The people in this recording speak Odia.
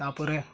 ତା'ପରେ